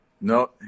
No